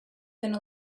than